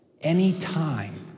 Anytime